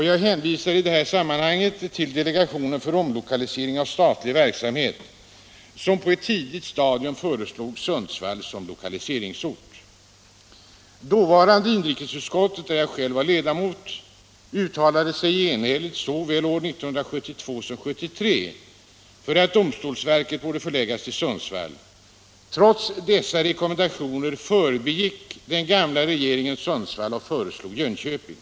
Jag hänvisar i detta sammanhang till dele gationen för omlokalisering av statlig verksamhet, som på ett tidigt stadium Nr 47 föreslog Sundsvall som lokaliseringsort. Torsdagen den Dåvarande inrikesutskottet, där jag själv var ledamot, uttalade sig enhälligt 16 december 1976 såväl år 1972 som år 1973 för att domstolsverket borde förläggas till Sundsvall. Trots dessa rekommendationer förbigick den gamla regeringen — Samordnad Sundsvall och föreslog Jönköping.